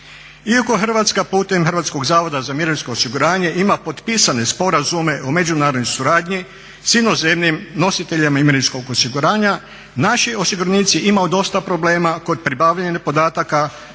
Iako Hrvatska putem Hrvatskog zavoda za mirovinsko osiguranje ima potpisane sporazume o međunarodnoj suradnji s inozemnim nositeljima mirovinskog osiguranja naši osiguranici imaju dosta problema kod pribavljanja podataka